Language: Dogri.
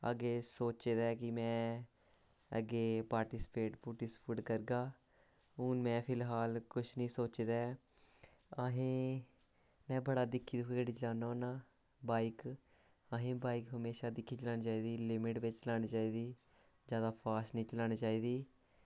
अग्गें सोचे दा ऐ कि में अग्गें पार्टिस्पेट पूर्टिस्पेट करगा हून में फिलहाल कुछ निं सोचे दा ऐ अहें में बड़ा दिक्खियै चलाना होन्ना बाईक असें बाईक हमेशा दिक्खियै चलानी चाहिदी लिम्ट बिच्च चलानी चाहिदी जादा फॉस्ट निं चलाना चाहिदी ते